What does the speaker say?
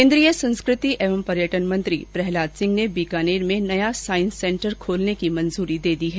केन्द्रीय संस्कृति एवं पर्यटन मंत्री प्रहलाद सिंह ने बीकानेर में नया सांईस सेन्टर खोलने की मंजूरी दे दी है